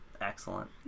excellent